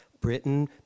Britain